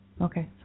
Okay